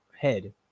head